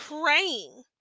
praying